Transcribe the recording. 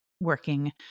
working